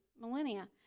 millennia